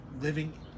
living